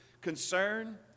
concern